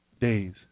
days